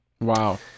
wow